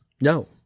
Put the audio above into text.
No